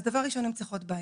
אז דבר ראשון הן צריכות בית,